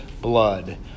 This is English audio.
blood